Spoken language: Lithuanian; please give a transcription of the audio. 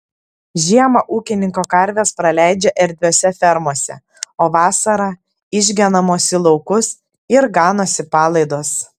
žiemą ūkininko karvės praleidžia erdviose fermose o vasarą išgenamos į laukus ir ganosi palaidos